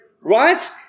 Right